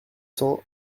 cents